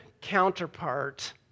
counterpart